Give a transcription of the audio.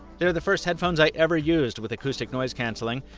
they're the first headphones i ever used with acoustic noise canceling.